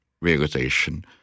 realization